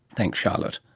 thanks charlotte